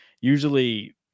usually